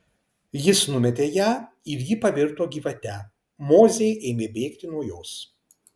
jis numetė ją ir ji pavirto gyvate mozė ėmė bėgti nuo jos